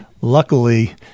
Luckily